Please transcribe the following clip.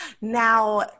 Now